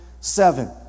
seven